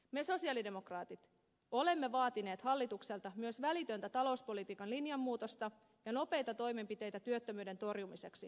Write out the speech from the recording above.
me sosialidemokraatit olemme vaatineet hallitukselta myös välitöntä talouspolitiikan linjanmuutosta ja nopeita toimenpiteitä työttömyyden torjumiseksi